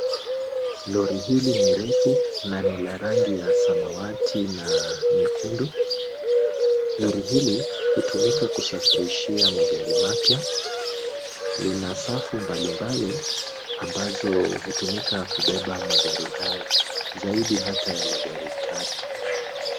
Lori hili ni refu na lina rangi ya samawati na nyekundu. Lori hili hutumika kusafirishia magari mapya. Lina safu mbalimbali ambazo hutumika kubeba magari haya zaidi hata ya magari tatu.